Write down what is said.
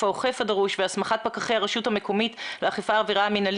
האוכף הדרוש והסמכת פקחי הרשות המקומית לאכיפת עביר המינהלית,